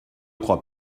crois